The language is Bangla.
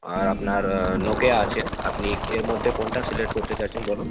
আর আপনার নোকিয়া আছে আপনি এর মধ্যে কোনটা সিলেক্ট করতে চাইছেন বলুন